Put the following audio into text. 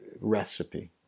recipe